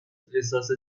احساس